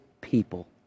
people